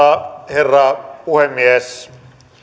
herra puhemies